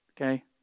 Okay